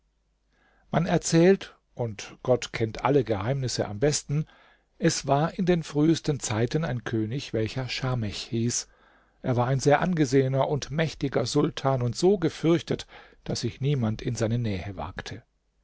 man erzählt und gott kennt alle geheimnisse am besten es war in den frühesten zeiten ein könig welcher schamech hieß er war ein sehr angesehener und mächtiger sultan und so gefürchtet daß sich niemand in seine nähe wagte